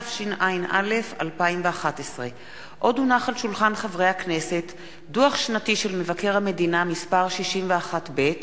התשע"א 2011. דוח שנתי של מבקר המדינה מס' 61ב,